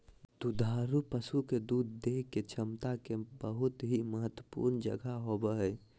दुधारू पशु के दूध देय के क्षमता के बहुत ही महत्वपूर्ण जगह होबय हइ